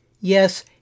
Yes